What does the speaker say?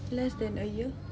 less than a year